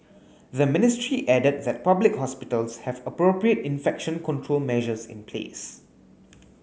the ministry added that public hospitals have appropriate infection control measures in place